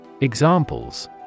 Examples